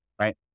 right